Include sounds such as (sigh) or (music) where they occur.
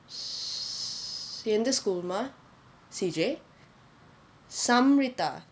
(noise) எந்த:entha school mah C_J samrith ah